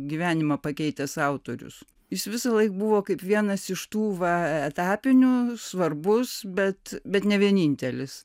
gyvenimą pakeitęs autorius jis visąlaik buvo kaip vienas iš tų va etapinių svarbus bet bet ne vienintelis